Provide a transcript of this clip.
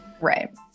Right